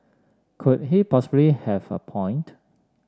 could he possibly have a point